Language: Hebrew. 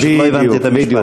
פשוט לא הבנתי את המשפט.